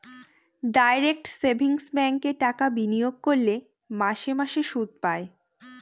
direct savings ব্যাঙ্কে টাকা বিনিয়োগ করলে মাসে মাসে সুদ পায়